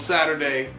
Saturday